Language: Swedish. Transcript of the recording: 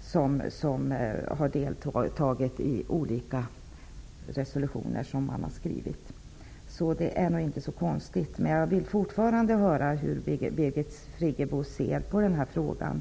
som har stått bakom olika resolutioner som skrivits, så det är inte så konstigt. Jag vill fortfarande höra hur Birgit Friggebo ser på den här frågan.